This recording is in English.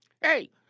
Hey